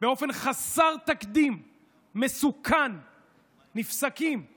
נפסקים באופן חסר תקדים ומסוכן כדי